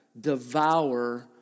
Devour